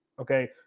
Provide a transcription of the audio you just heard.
okay